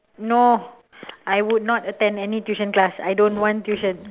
no I would not attend any tuition class I don't want tuition